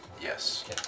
Yes